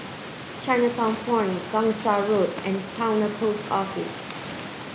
Chinatown Point Gangsa Road and Towner Post Office